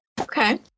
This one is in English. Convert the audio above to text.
Okay